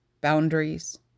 boundaries